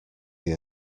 they